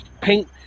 paint